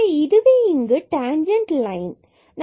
எனவே இதுவே இங்கு டைன்ஜன்ட் லைனில்